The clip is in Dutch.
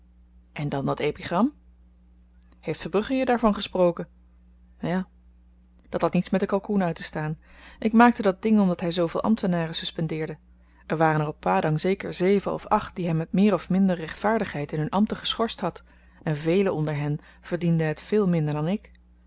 en dan dat epigram heeft verbrugge je daarvan gesproken ja dat had niets met den kalkoen uittestaan ik maakte dat ding omdat hy zooveel ambtenaren suspendeerde er waren er op padang zeker zeven of acht die hy met meer of min rechtvaardigheid in hun ambten geschorst had en velen onder hen verdienden t veel minder dan ik